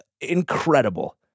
incredible